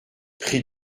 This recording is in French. prix